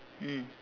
mm